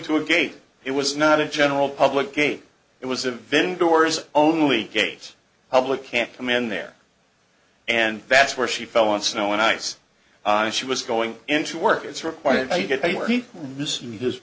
to a gate it was not a general public gate it was a vent doors only gate public can't come in there and that's where she fell on snow and ice and she was going into work it's required to get